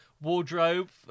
wardrobe